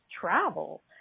travel